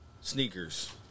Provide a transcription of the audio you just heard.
sneakers